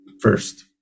first